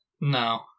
No